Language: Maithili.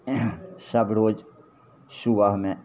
सब रोज सुबहमे